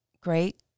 great